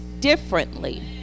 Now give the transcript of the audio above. differently